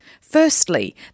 Firstly